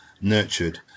nurtured